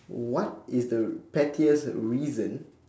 what is the pettiest reason